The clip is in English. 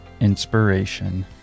inspiration